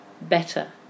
better